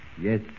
Yes